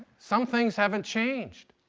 some things haven't changed.